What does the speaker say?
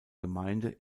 gemeinde